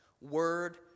Word